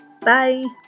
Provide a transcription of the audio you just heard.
Bye